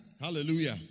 Hallelujah